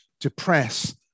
depress